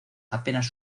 apenas